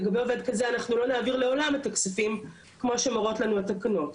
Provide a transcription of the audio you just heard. לגבי עובד כזה אנחנו לא נעביר לעולם אל הכספים כמו שמורות לנו התקנות,